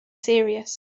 serious